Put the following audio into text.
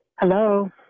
Hello